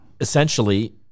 essentially